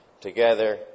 together